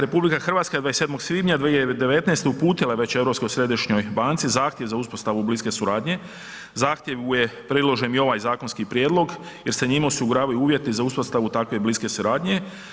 RH je 27. svibnja 2019. uputila već Europskoj središnjoj banci zahtjev za uspostavu bliske suradnje, zahtjevu je priložen i ovaj zakonski prijedlog jer se njime osiguravaju uvjeti za uspostavu takve bliske suradnje.